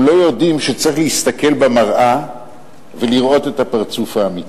הם לא יודעים שצריך להסתכל במראה ולראות את הפרצוף האמיתי.